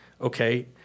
okay